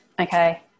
okay